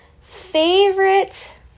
favorite